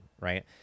right